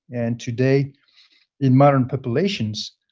and today in modern populations,